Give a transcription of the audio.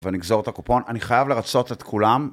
ונגזור את הקופון, אני חייב לרצות את כולם.